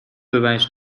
bewijs